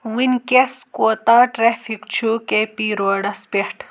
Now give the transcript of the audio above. وٕنکیٚس کوٗتاہ ٹریفِک چھُ کے پی روڈس پیٹھ